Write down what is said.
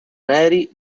neri